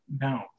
no